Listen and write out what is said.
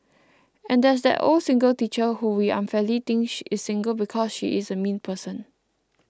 and there's that old single teacher who we unfairly think is single because she's a mean person